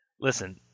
listen